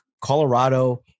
Colorado